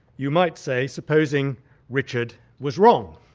you might say, supposing richard was wrong?